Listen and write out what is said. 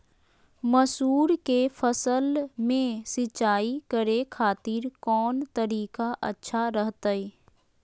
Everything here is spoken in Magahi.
मसूर के फसल में सिंचाई करे खातिर कौन तरीका अच्छा रहतय?